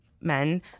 men